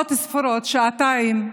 שעות ספורות, שעתיים,